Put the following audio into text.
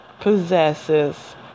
possesses